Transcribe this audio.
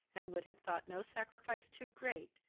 and would have thought no sacrifice too great,